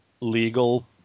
legal